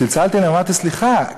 צלצלתי אליהם ואמרתי: סליחה,